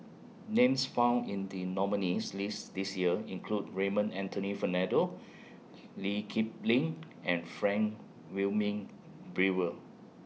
Names found in The nominees' list This Year include Raymond Anthony Fernando Lee Kip Lin and Frank Wilmin Brewer